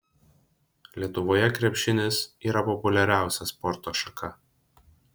lietuvoje krepšinis yra populiariausia sporto šaka